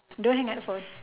don't hang up the phone